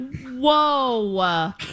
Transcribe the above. Whoa